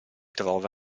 trova